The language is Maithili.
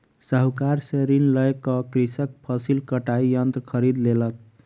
साहूकार से ऋण लय क कृषक फसिल कटाई यंत्र खरीद लेलक